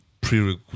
pre